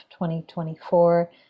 2024